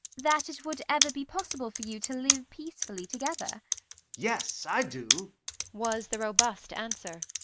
that it would ever be possible for you to live peacefully together yes, i do was the robust answer.